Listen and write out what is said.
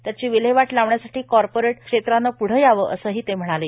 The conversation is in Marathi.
त्याची विल्हेवाट लावण्यासाठी कॉपरिट क्षेत्रानं पुढं यावंए असंही ते म्हणाले